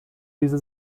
diese